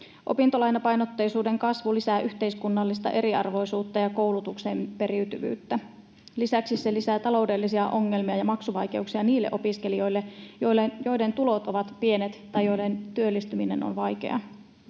Opintolainapainotteisuuden kasvu lisää yhteiskunnallista eriarvoisuutta ja koulutuksen periytyvyyttä. Lisäksi se lisää taloudellisia ongelmia ja maksuvaikeuksia niille opiskelijoille, joiden tulot ovat pienet tai joiden työllistyminen on vaikeaa.